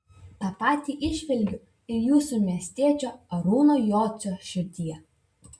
tą patį įžvelgiu ir jūsų miestiečio arūno jocio širdyje